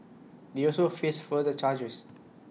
they also face further charges